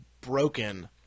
broken